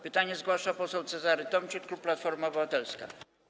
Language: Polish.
Pytanie zgłasza poseł Cezary Tomczyk, klub Platforma Obywatelska.